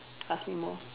ask me more